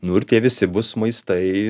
nu ir tie visi bus maistai